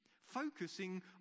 Focusing